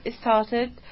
started